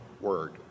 word